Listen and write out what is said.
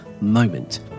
moment